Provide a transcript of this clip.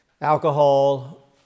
alcohol